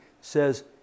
says